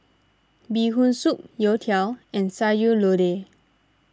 Bee Hoon Soup Youtiao and Sayur Lodeh